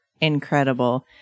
incredible